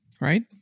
right